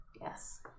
Yes